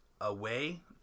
Away